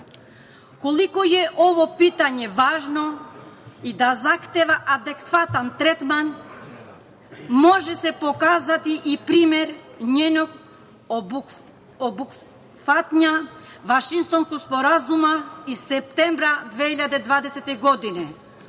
je ovo pitanje važno i da zahteva adekvatan tretman može se pokazati i primerom njegovog obuhvatanja u Vašingtonskom sporazumu iz septembra 2020. godine.